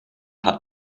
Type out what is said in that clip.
hat